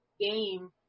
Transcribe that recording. game